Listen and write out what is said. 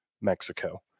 Mexico